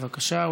בבקשה,